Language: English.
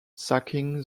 sacking